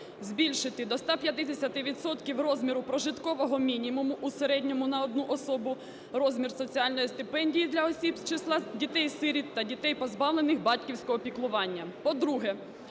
збільшити до 150 відсотків розміру прожиткового мінімуму у середньому на одну особу розмір соціальної стипендії для осіб з числа дітей-сиріт та дітей, позбавлених батьківського піклування;